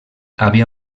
havia